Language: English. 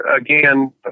Again